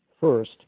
first